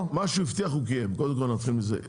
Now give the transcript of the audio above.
מה שהוא הבטיח הוא קיים, קודם כל נתחיל מזה.